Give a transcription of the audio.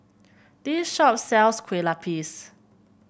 this shop sells Kue Lupis